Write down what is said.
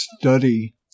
study